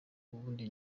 ubundi